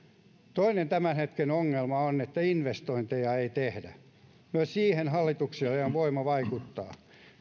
toinen tämän hetken ongelma on että investointeja ei tehdä myös siihen hallituksella on voima vaikuttaa